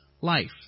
life